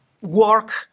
Work